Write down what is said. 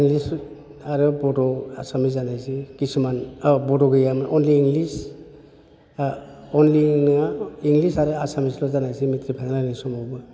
English आरो बड' एसामिस जानायसै खिसुमान औ बड' गैयामोन अनलि इंलिस अनलि नङा इंलिस आरो एसामिसल' जानायसै मेट्रिक फाइनालनि समावबो